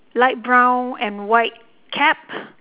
light brown and white cap